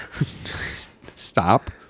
stop